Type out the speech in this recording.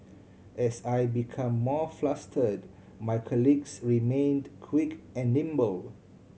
as I become more flustered my colleagues remained quick and nimble